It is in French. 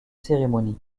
cérémonie